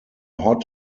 hot